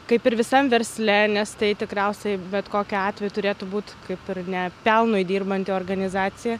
kaip ir visam versle nes tai tikriausiai bet kokiu atveju turėtų būt kaip ir ne pelnui dirbanti organizacija